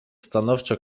stanowczo